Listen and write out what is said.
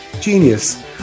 Genius